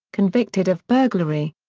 convicted of burglary.